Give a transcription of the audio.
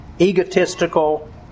egotistical